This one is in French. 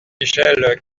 michel